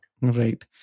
Right